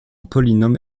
polynôme